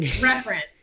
reference